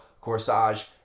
Corsage